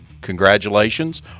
congratulations